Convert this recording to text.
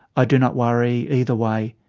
i do not worry either way.